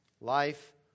Life